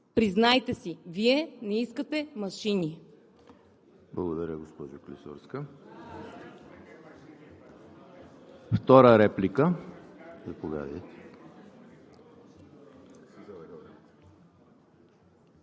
Признайте си, Вие не искате машини!